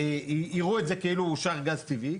יראו את זה כאילו אושר גז טבעי.